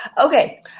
Okay